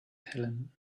helen